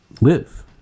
live